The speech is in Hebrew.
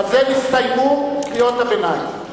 בזה נסתיימו קריאות הביניים.